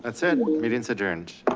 that's it, meeting's adjourned.